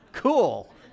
cool